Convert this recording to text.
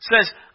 says